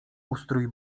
ustrój